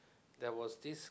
there was this